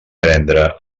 prendre